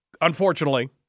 unfortunately